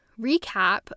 recap